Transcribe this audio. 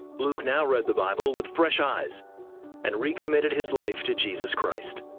luke now read the bible with fresh eyes and recommitted his life to jesus christ.